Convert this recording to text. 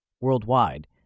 Worldwide